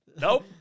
nope